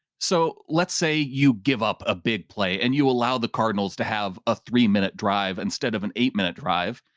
so let's say you give up a big play and you allow the cardinals to have a three minute drive instead of an eight minute drive.